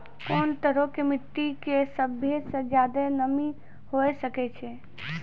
कोन तरहो के मट्टी मे सभ्भे से ज्यादे नमी हुये सकै छै?